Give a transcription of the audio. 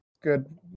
good